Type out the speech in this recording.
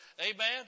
Amen